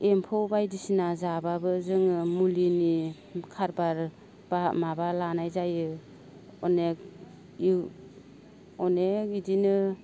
एम्फौ बायदिसिना जाब्लाबो जोङो मुलिनि खारबार एबा माबा लानाय जायो अनेख इ अनेख इदिनो